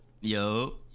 Yo